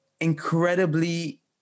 incredibly